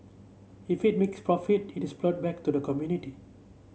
if it makes profit it is ploughed back to the community